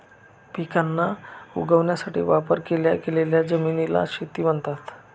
पिकांना उगवण्यासाठी वापर केल्या गेलेल्या जमिनीला शेती म्हणतात